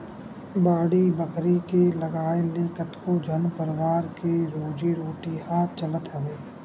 बाड़ी बखरी के लगाए ले कतको झन परवार के रोजी रोटी ह चलत हवय